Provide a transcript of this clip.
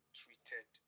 treated